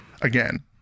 again